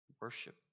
worship